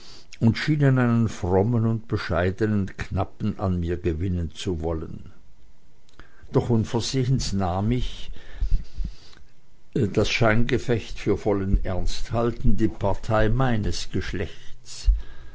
und schienen einen frommen und bescheidenen knappen an mir gewinnen zu wollen doch unversehens nahm ich das scheingefecht für vollen ernst haltend die partei meines geschlechts